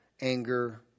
Anger